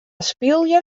spylje